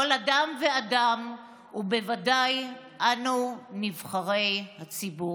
כל אדם ואדם, ובוודאי אנו, נבחרי הציבור.